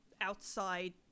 outside